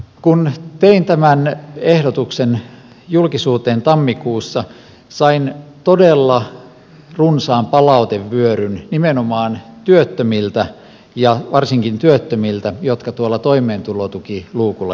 kun tein tämän ehdotuksen julkisuuteen tammikuussa sain todella runsaan palautevyöryn nimenomaan työttömiltä ja varsinkin työttömiltä jotka tuolla toimeentulotukiluukulla joutuvat asioimaan